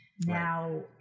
Now